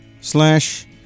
slash